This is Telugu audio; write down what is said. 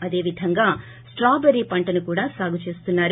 అదేవిధంగా స్టాబెర్రీ పంటను కూడా సాగుచేస్తున్నారు